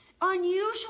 Unusual